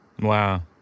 Wow